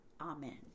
Amen